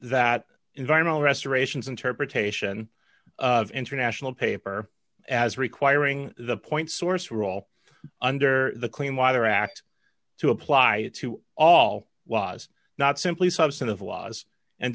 that environmental restorations interpretation of international paper as requiring the point source were all under the clean water act to apply it to all was not simply substantive laws and